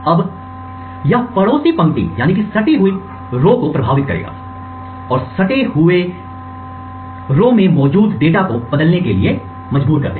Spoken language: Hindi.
अब यह पड़ोसी पंक्तियों सटा हुआ को प्रभावित करता है और पड़ोसी पंक्तियों सटा हुआ में मौजूद डेटा को बदलने के लिए मजबूर करता है